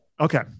okay